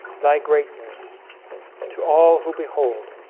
thy greatness to all who behold